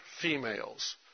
females